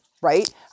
right